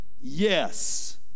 Yes